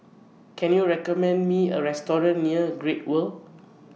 Can YOU recommend Me A Restaurant near Great World